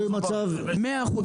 אתה צודק ב-100%.